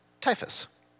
typhus